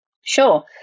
Sure